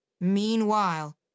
Meanwhile